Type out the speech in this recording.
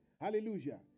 Hallelujah